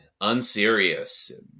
unserious